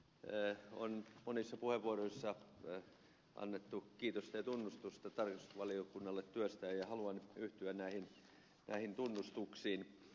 täällä on monissa puheenvuoroissa annettu kiitosta ja tunnustusta tarkastusvaliokunnalle työstään ja haluan yhtyä näihin tunnustuksiin